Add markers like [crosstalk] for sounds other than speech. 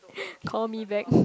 [laughs] call me back [laughs]